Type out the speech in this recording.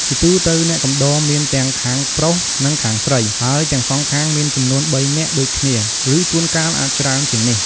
ជាទូទៅអ្នកកំដរមានទាំងខាងប្រុសនិងខាងស្រី ហើយទាំងសងមានចំនួន ៣នាក់ ដូចគ្នា ឬជួនកាលអាចច្រើនជាងនេះ។